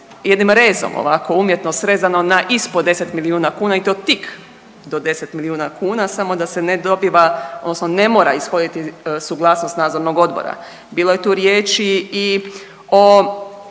jednim rezom ovako umjetno srezano na ispod 10 milijuna kuna i to tik do 10 milijuna kuna samo da se ne dobiva odnosno ne mora ishoditi suglasnost Nadzornog odbora. Bilo je tu riječi i o